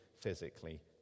physically